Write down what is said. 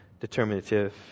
determinative